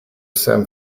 sam